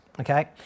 Okay